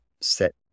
set